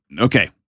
Okay